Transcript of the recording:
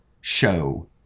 show